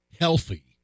healthy